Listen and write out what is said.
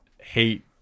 hate